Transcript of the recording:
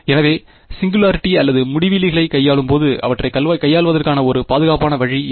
எனவே சிங்குலாரிட்டி அல்லது முடிவிலிகளைக் கையாளும் போது அவற்றைக் கையாள்வதற்கான ஒரு பாதுகாப்பான வழி என்ன